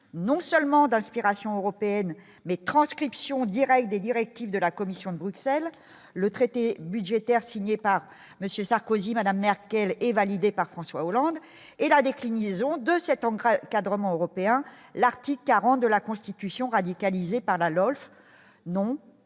non seulement d'inspiration européenne mais transcription directe des directives de la Commission de Bruxelles le traité budgétaire signé par Monsieur Sarkozy, Madame Merkel et validé par François Hollande et la déclinaison de cet engrais encadrement européen, l'article 40 de la Constitution radicalisés par la LOLF